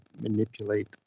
manipulate